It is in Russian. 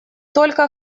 только